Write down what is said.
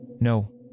No